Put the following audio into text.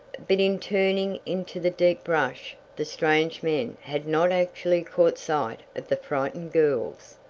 but in turning into the deep brush the strange men had not actually caught sight of the frightened girls,